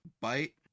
Bite